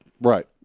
right